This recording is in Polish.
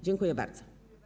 Dziękuję bardzo.